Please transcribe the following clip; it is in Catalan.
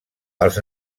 els